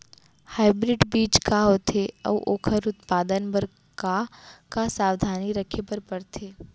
Hybrid बीज का होथे अऊ ओखर उत्पादन बर का का सावधानी रखे बर परथे?